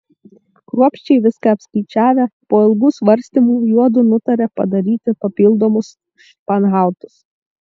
kruopščiai viską apskaičiavę po ilgų svarstymų juodu nutarė padaryti papildomus španhautus